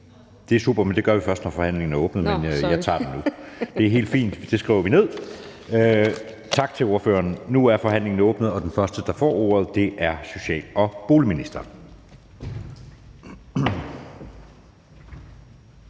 Det er super, men det gør vi først, når forhandlingen er åbnet. Men jeg tager den nu; det er helt fint, det skriver vi ned. Tak til ordføreren. Nu er forhandlingen åbnet, og den første, der får ordet, er social- og boligministeren.